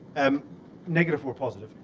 um negative or positive,